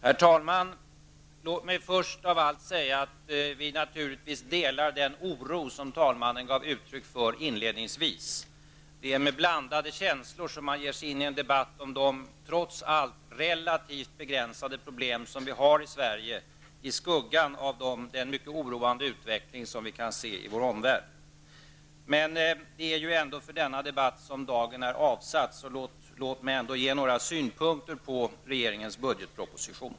Herr talman! Låt mig först av allt säga att vi naturligtvis delar den oro som talmannen inledningsvis gav uttryck för. I skuggan av den mycket oroande utveckling som vi ser i vår omvärld är det med blandade känslor som man ger sig in i en debatt om de trots allt begränsade problem som vi har i Sverige. Det är ju ändå för denna debatt som dagen är avsatt, så låt mig ändå ge några synpunkter på regeringens budgetproposition.